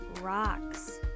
rocks